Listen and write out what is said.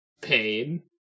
pain